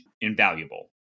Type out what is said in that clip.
invaluable